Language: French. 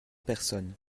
personnes